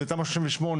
זה תמ"א 38,